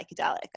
psychedelic